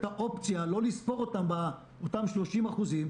האופציה לא לספור אותם בתוך אותם 30% אחוזים,